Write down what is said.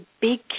big